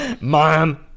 Mom